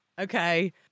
okay